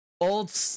old